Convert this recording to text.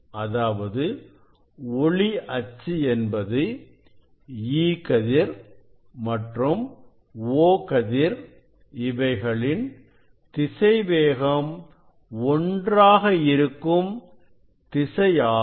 அதாவது ஒளி அச்சு என்பது E கதிர் மற்றும் O கதிர் இவைகளின் திசைவேகம் ஒன்றாக இருக்கும் திசையாகும்